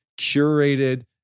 curated